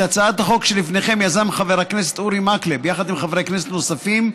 את הצעת החוק שלפניכם יזם חבר הכנסת אורי מקלב יחד עם חברי כנסת נוספים,